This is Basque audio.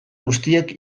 guztiek